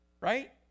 right